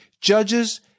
Judges